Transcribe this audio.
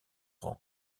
rance